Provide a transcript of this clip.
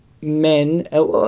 men